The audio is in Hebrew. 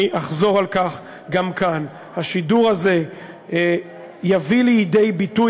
ואני אחזור על כך גם כאן: השידור הזה יביא לידי ביטוי,